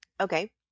Okay